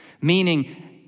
meaning